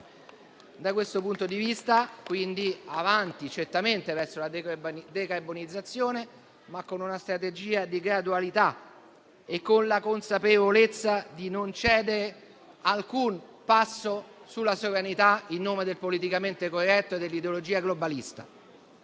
pertanto, andiamo avanti certamente verso la decarbonizzazione, ma con una strategia di gradualità e con la consapevolezza di non cedere alcun passo sulla sovranità in nome del politicamente corretto e dell'ideologia globalista.